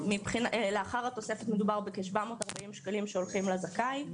לאחר התוספת מדובר בכ-740 שקלים שהולכים לזכאי.